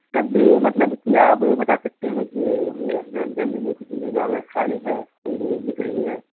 تب بھی وہ مطلب کہ آپ بتا سکتے ہیں کہ یہ یہ حضرت گنج میں کسی جگہ اگر خالی ہے کوئی زمین بک رہی ہے